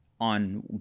on